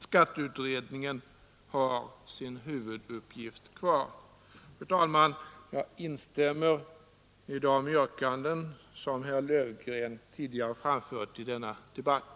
Skatteutredningen har sin huvuduppgift kvar. Fru talman! Jag instämmer i de yrkanden som herr Löfgren tidigare ställt i denna debatt.